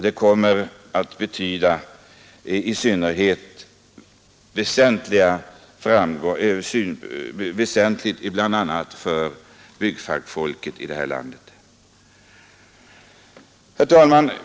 Detta kommer att ha väsentlig betydelse, bl.a. för byggfackfolket i vårt land. Herr talman!